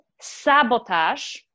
sabotage